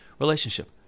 relationship